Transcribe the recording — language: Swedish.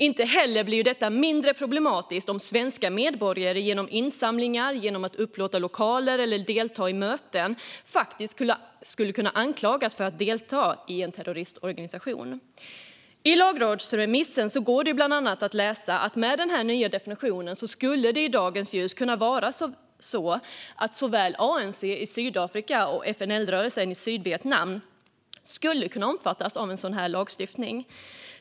Det blir inte heller mindre problematiskt om svenska medborgare genom insamlingar, genom att upplåta lokaler eller delta i möten skulle kunna anklagas för att delta i en terroristorganisation. I lagrådsremissen går det bland annat att läsa att med den nya definitionen skulle det i dagens ljus kunna vara så att såväl ANC i Sydafrika som FNL-rörelsen i Sydvietnam skulle kunna omfattas av en sådan lagstiftning.